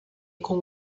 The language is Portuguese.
com